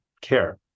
care